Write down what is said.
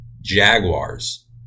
Jaguars